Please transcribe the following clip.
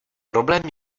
problém